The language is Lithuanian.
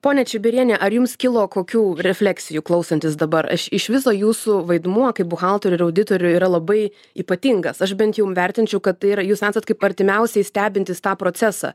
ponia čibiriene ar jums kilo kokių refleksijų klausantis dabar aš iš viso jūsų vaidmuo kaip buhalterių ir auditorių yra labai ypatingas aš bent jau vertinčiau kad tai yra jūs esat kaip artimiausiai stebintys tą procesą